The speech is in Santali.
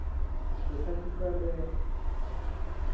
ᱯᱮᱥᱟᱨ ᱠᱩᱠᱟᱨ ᱨᱮ